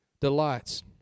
delights